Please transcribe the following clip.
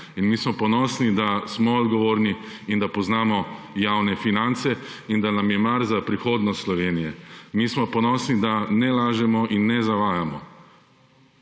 In mi smo ponosni, da smo odgovorni in da poznamo javne finance in da nam je mar za prihodnost Slovenije. Mi smo ponosni, da ne lažemo in ne zavajamo.